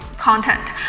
content